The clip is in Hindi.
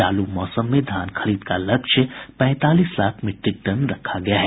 चालू मौसम में धान खरीद का लक्ष्य पैंतालीस लाख मीट्रिक टन रखा गया है